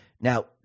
Now